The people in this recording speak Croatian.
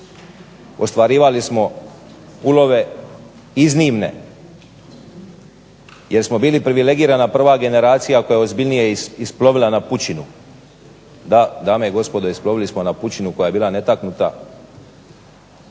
ostvarivali smo ulove iznimne jer smo bili privilegirana prva generacija koja je ozbiljnije isplovila na pučinu. Da, dame i gospodo, isplovili smo na pučinu koja je bila netaknuta.